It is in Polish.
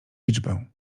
liczbę